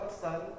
Son